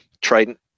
trident